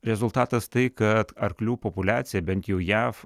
rezultatas tai kad arklių populiacija bent jau jav